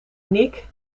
nick